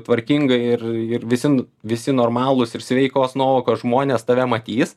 tvarkingai ir ir visi visi normalūs ir sveikos nuovokos žmonės tave matys